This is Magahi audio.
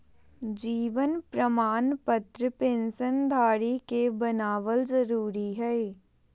जीवन प्रमाण पत्र पेंशन धरी के बनाबल जरुरी हइ